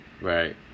right